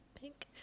pink